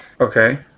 okay